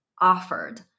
offered